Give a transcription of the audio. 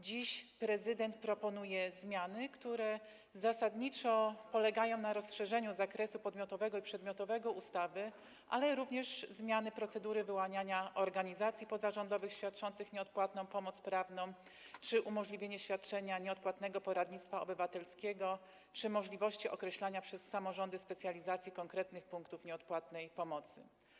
Dziś prezydent proponuje zmiany, które zasadniczo polegają na rozszerzeniu zakresu podmiotowego i przedmiotowego ustawy, ale również zmiany dotyczące procedury wyłaniania organizacji pozarządowych świadczących nieodpłatną pomoc prawną, umożliwienia świadczenia nieodpłatnego poradnictwa obywatelskiego czy możliwości określania przez samorządy specjalizacji konkretnych punktów nieodpłatnej pomocy.